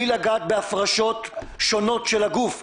בהפרשות שונות של הגוף.